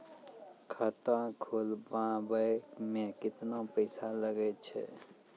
खाता खोलबाबय मे केतना पैसा लगे छै?